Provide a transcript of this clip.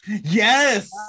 Yes